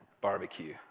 Barbecue